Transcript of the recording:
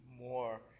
more